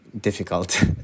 difficult